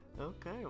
Okay